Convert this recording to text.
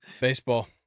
baseball